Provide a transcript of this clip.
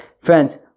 friends